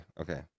okay